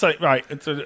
right